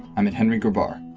i'm at henry goodbar.